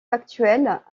factuelle